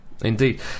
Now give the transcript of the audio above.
Indeed